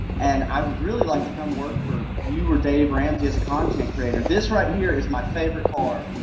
and i would really like to come work for you or dave ramsey as a content creator. this right here is my favorite card.